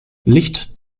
licht